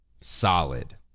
solid